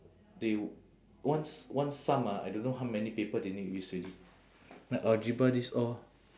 they one s~ one sum ah I don't know how many paper they need use already like algebra this all